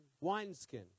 wineskin